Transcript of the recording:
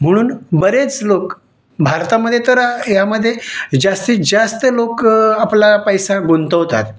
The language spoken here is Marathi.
म्हणून बरेच लोक भारतामध्ये तर ह्यामध्ये जास्तीत जास्त लोकं आपला पैसा गुंतवतात